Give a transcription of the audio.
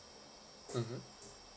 mmhmm